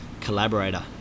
collaborator